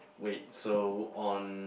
wait so on